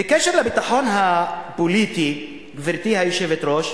בקשר לביטחון הפוליטי, גברתי היושבת-ראש,